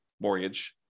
mortgage